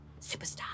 superstar